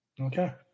Okay